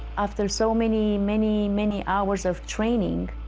after so many, many many hours of training,